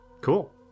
Cool